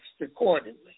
accordingly